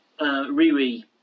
Riri